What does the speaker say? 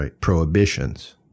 prohibitions